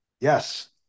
Yes